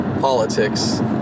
politics